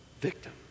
victim